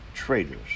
traitors